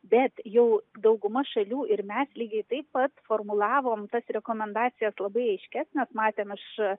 bet jau dauguma šalių ir mes lygiai taip pat formulavom tas rekomendacijas labai aiškias net matėm iš